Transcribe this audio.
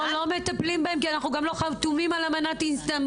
לא מטפלים בהן כי אנחנו גם לא חתומים על אמנת איסטנבול.